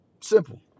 Simple